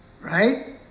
Right